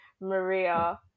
Maria